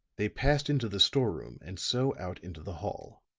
they passed into the store room, and so out into the hall.